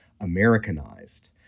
Americanized